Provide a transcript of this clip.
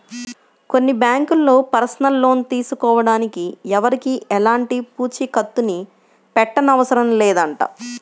కొన్ని బ్యాంకుల్లో personal loan తీసుకోడానికి ఎవరికీ ఎలాంటి పూచీకత్తుని పెట్టనవసరం లేదంట